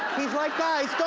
he's like, guys, don't